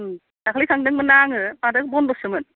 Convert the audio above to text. दाखालि थांदोंमोन ना आङो माथो बन्द'सोमोन